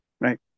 right